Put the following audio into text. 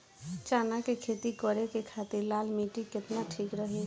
चना के खेती करे के खातिर लाल मिट्टी केतना ठीक रही?